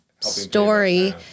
story